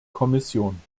kommission